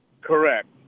Correct